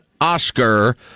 Oscar